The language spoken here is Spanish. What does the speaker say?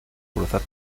cruzar